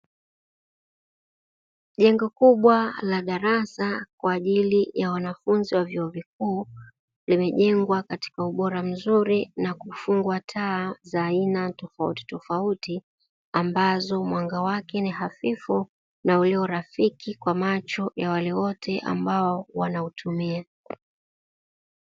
Jengo kubwa la darasa kwa ajili ya wanafunzi wa vyuo vikuu limejengwa katika ubora mzuri na kufungwa taa za aina tofauti tofauti, ambazo mwanga wake ni hafifu na ulio rafiki kwa macho ya wale wote ambao wanautumia.